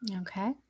Okay